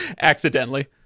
Accidentally